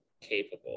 capable